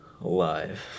Alive